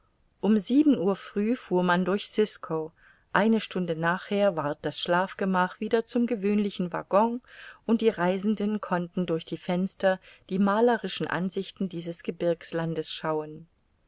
um sieben uhr früh fuhr man durch cisco eine stunde nachher ward das schlafgemach wieder zum gewöhnlichen waggon und die reisenden konnten durch die fenster die malerischen ansichten dieses gebirgslandes schauen